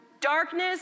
Darkness